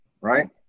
right